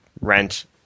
rent